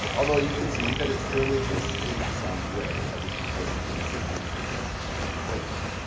although you can see that it still exists in some way, at least according to the citizens against government waste.